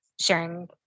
sharing